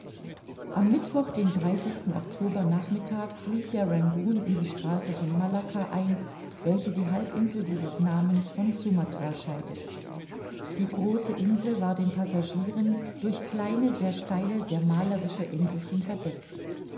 am mittwoch den oktober nachmittags lief der rangoon in die straße von malacca ein welche die halbinsel dieses namens von sumatra scheidet die große insel war den passagieren durch kleine sehr steile sehr malerische inselchen verdeckt